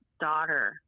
daughter